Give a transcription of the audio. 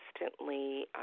constantly